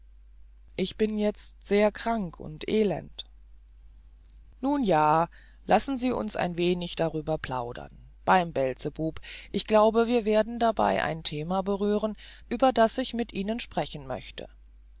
ich bin jetzt sehr krank und elend nun ja lassen sie uns ein wenig darüber plaudern beim beelzebub ich glaube wir werden dabei ein thema berühren über das ich mit ihnen sprechen möchte